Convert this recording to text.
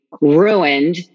ruined